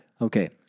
Okay